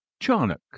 Charnock